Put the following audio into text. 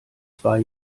zwei